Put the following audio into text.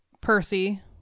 Percy